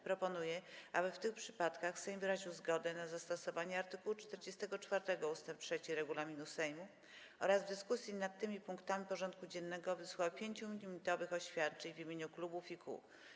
Proponuję, aby w tych przypadkach Sejm wyraził zgodę na zastosowanie art. 44 ust. 3 regulaminu Sejmu oraz w dyskusjach nad tymi punktami porządku dziennego wysłuchał 5-minutowych oświadczeń w imieniu klubów i kół.